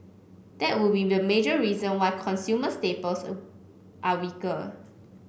that would be the major reason why consumer staples are weaker